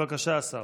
בבקשה, השר.